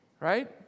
right